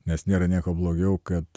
nes nėra nieko blogiau kad